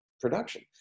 production